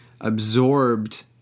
absorbed